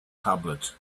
tablet